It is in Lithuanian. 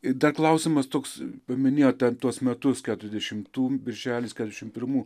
ir dar klausimas toks paminėjot ten tuos metus keturiasdešimtų birželis keturiasdešimt pirmų